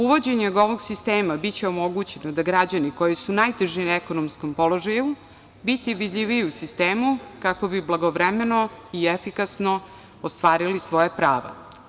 Uvođenjem ovog sistema biće omogućeno da će građani koji su u najtežem ekonomskom položaju biti vidljiviji u sistemu, kako bi blagovremeno i efikasno ostvarili svoja prava.